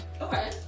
Okay